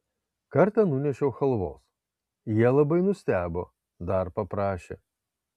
kartą nunešiau chalvos jie labai nustebo dar paprašė